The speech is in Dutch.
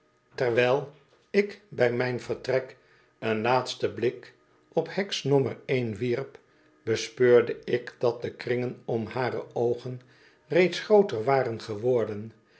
terwijl ik bij mijn vertrek een laatsten blik op heks nommer een wierp bespeurde ik dat de kringen om hare oogen reeds grooter waren geworden